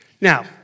Now